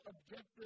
objective